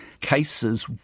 cases